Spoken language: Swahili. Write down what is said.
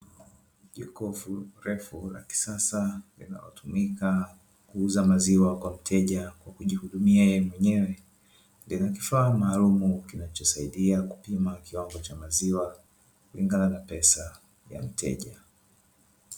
Jokofu refu la kisasa linalotumika kuuza maziwa kwa mteja kwa kujihudumia yeye mwenyewe, lina kifaa maalumu kinachosaidia kupima kiwango cha maziwa kulingana na pesa ya mteja.